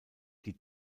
die